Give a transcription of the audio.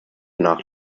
nach